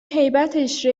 هیبتش